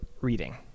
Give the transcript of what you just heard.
reading